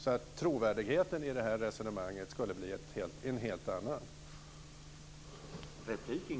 Då skulle trovärdigheten i resonemanget bli en helt annan.